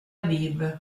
aviv